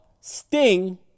Sting